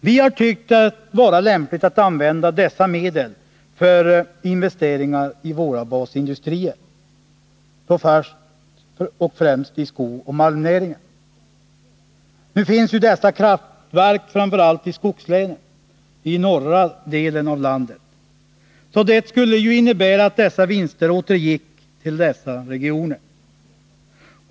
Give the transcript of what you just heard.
Vi har tyckt det vara lämpligt att använda dessa medel för investeringar i våra basindustrier, först och främst i skogsoch malmnäringen. Nu finns ju dessa kraftverk framför allt i skogslänen, i norra delen av landet, och det skulle alltså innebära att dessa vinster återgick till dessa regioner.